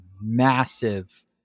massive